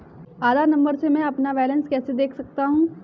आधार number से मैं अपना बैलेंस कैसे देख सकता हूँ?